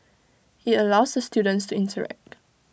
IT allows the students to interact